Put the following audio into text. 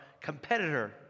competitor